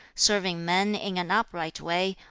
serving men in an upright way,